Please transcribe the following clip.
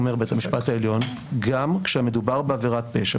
אומר בית המשפט העליון: גם כשהמדובר בעבירת פשע,